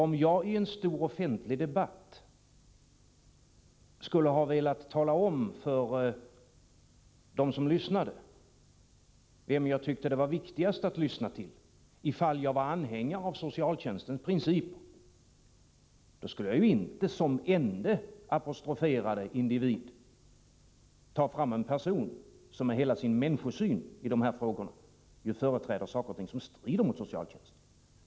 Om jag i en stor offentlig debatt skulle ha velat tala om för dem som lyssnade vem jag tyckte att det var viktigast att lyssna på ifall man var anhängare av socialtjänstlagens principer, skulle jag inte som den ende apostroferade individen ha tagit fram en person som i hela sin människosyn i dessa frågor företräder saker som strider mot socialtjänsten.